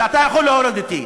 ואתה יכול להוריד אותי.